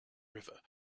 river